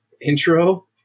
intro